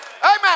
Amen